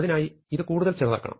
അതിനായി ഇത് കൂടുതൽ ചെറുതാക്കണം